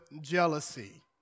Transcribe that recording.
jealousy